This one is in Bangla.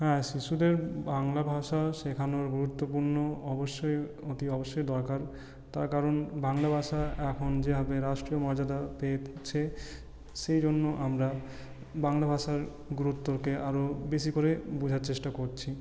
হ্যাঁ শিশুদের বাংলা ভাষা শেখানোর গুরুত্বপূর্ণ অবশ্যই অতি অবশ্যই দরকার তার কারণ বাংলা ভাষা এখন যেভাবে রাষ্ট্রীয় মর্যাদা পেয়েছে সেইজন্য আমরা বাংলা ভাষার গুরুত্বকে আরও বেশী করে বোঝার চেষ্টা করছি